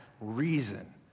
reason